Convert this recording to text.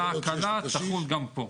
אותה הקלה תחול גם פה.